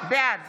בעד